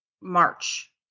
March